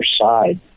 side